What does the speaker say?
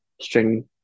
string